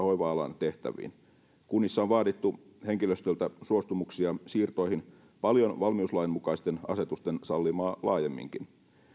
hoiva alan tehtäviin kunnissa on vaadittu henkilöstöltä suostumuksia siirtoihin paljon valmiuslain mukaisten asetusten sallimaa laajemminkin